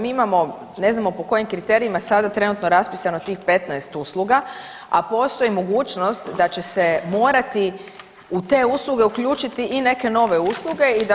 Mi imamo, ne znam po kojim kriterijima je sada trenutno raspisano tih 15 usluga, a postoji mogućnost da će se morati u te usluge uključiti i neke nove usluge i da